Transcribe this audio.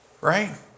right